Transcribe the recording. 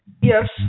Yes